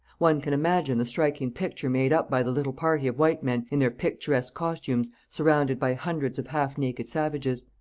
one can imagine the striking picture made up by the little party of white men in their picturesque costumes, surrounded by hundreds of half-naked savages.